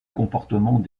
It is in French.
comportement